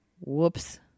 Whoops